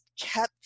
kept